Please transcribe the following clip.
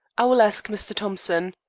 i will ask mr. thompson.